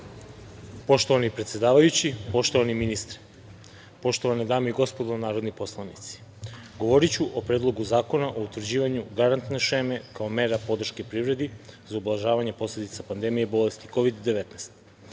Poštovani predsedavajući, poštovani ministre, poštovane dame i gospodo narodni poslanici, govoriću o Predlogu zakona o utvrđivanju garantne šeme kao mere podrške privredi za ublažavanje posledica pandemije bolesti Kovid